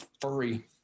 furry